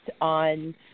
on –